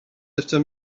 after